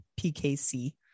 PKC